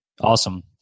Awesome